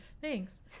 thanks